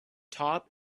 top